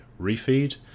refeed